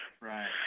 Right